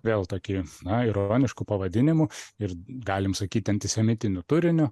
vėl tokį na ir ironišku pavadinimu ir galim sakyt antisemitiniu turiniu